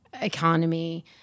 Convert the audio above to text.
economy